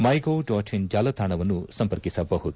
my gov dot in ಜಾಲತಾಣವನ್ನು ಸಂಪರ್ಕಿಸಬಹುದು